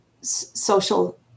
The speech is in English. social